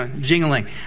Jingling